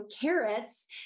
carrots